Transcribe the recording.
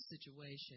situation